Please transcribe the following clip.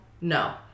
No